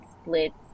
splits